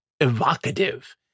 evocative